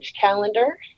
calendar